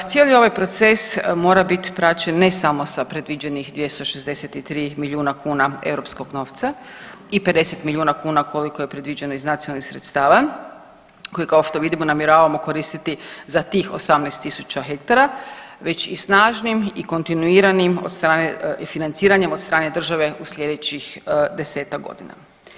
Cijeli ovaj proces mora bit praćen ne samo sa predviđenih 263 milijuna kuna europskog novca i 50 milijuna kuna koliko je predviđeno iz nacionalnih sredstava koje kao što vidimo namjeravamo koristiti za tih 18 tisuća hektara, već i snažnim i kontinuiranim od strane i financiranjem od strane države u slijedećih 10-tak godina.